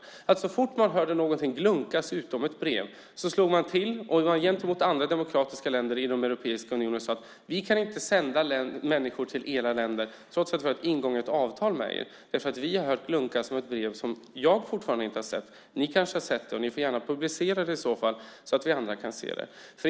Jag hoppas att ni inte slog till så fort ni hörde något glunkas om ett brev och sade till andra demokratiska länder inom Europeiska unionen: Vi kan inte sända människor till era länder trots att vi har ett ingånget avtal med er därför att vi har hört glunkas om ett brev. Det här är ett brev som jag fortfarande inte har sett. Ni kanske har sett det. Ni får gärna publicera det i så fall så att vi andra kan se det.